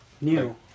New